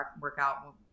workout